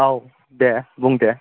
औ दे बुं दे